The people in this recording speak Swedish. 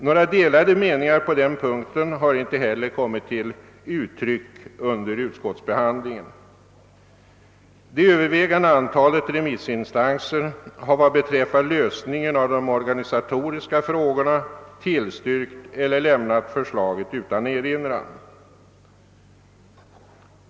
Några delade meningar på den punkten har inte heller kommit till uttryck under utskottsbehandlingen. Det övervägande antalet remissinstanser har, vad beträffar lösningen av de organisatoriska frågorna, tillstyrkt eller lämnat förslaget utan erinran.